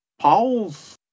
Paul's